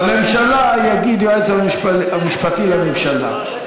בממשלה יגיד היועץ המשפטי לממשלה.